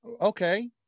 okay